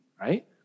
right